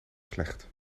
slecht